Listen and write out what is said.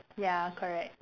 ya correct